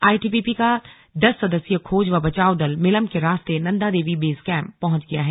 ITBP का दस सदस्यीय खोज व बचाव दल मिलम के रास्ते नंदा देवी बेस कैंप पहुंच गया है